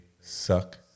suck